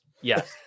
Yes